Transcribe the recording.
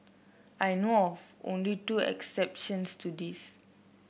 I know of only two exceptions to this